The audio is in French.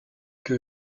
que